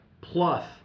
plus